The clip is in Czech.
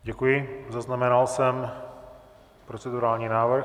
Děkuji, zaznamenal jsem procedurální návrh.